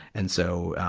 and so,